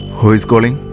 who is calling?